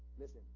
listen